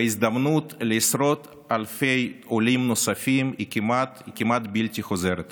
הזדמנות לעשרות אלפי עולים נוספים היא כמעט בלתי חוזרת היום.